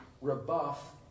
rebuff